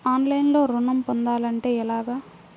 ఆన్లైన్లో ఋణం పొందాలంటే ఎలాగా?